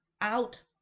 out